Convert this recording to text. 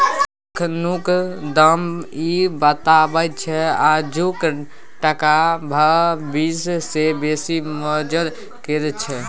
एखनुक दाम इ बताबैत छै आजुक टका भबिस सँ बेसी मोजर केर छै